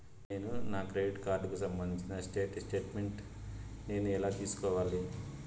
నేను నా క్రెడిట్ కార్డుకు సంబంధించిన స్టేట్ స్టేట్మెంట్ నేను ఎలా తీసుకోవాలి?